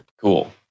Cool